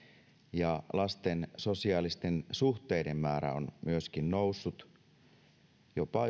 ja lasten sosiaalisten suhteiden määrä on myöskin noussut joskus jopa